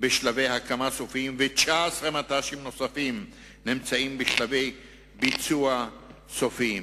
בשלבי הקמה סופיים ו-19 מט"שים נוספים נמצאים בשלבי ביצוע סופיים.